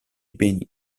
beni